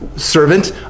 servant